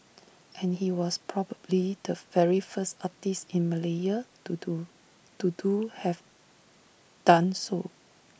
and he was probably the very first artist in Malaya to do to do have done so